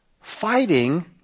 fighting